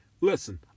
listen